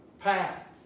path